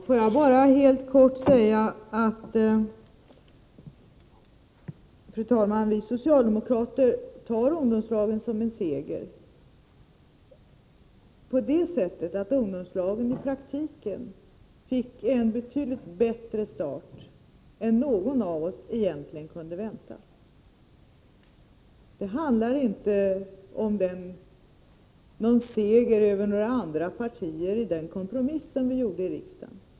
Fru talman! Låt mig helt kort säga att vi socialdemokrater tar ungdomslagen som en seger, i den meningen att ungdomslagen i praktiken fick en betydligt bättre start än någon av oss egentligen kunde vänta. Det handlar inte om någon seger över andra partier i den kompromiss som vi gjorde i riksdagen.